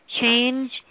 change